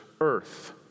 earth